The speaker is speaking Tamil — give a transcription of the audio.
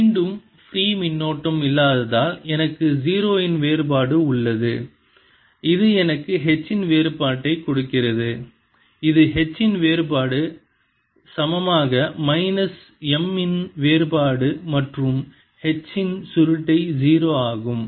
மீண்டும் ஃப்ரீ மின்னோட்டம் இல்லாததால் எனக்கு 0 இன் வேறுபாடு உள்ளது இது எனக்கு H இன் வேறுபாட்டைக் கொடுக்கிறது இது H இன் வேறுபாடு சமமாக மைனஸ் M இன் வேறுபாடு மற்றும் H இன் சுருட்டை 0 ஆகும்